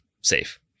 safe